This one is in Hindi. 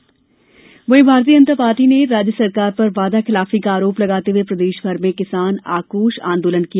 भाजपा आक्रोश आंदोलन वहीं भारतीय जनता पार्टी ने राज्य सरकार पर वादाखिलाफी का आरोप लगाते हुए प्रदेशभर में किसान आक्रोश आंदोलन किया